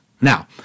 Now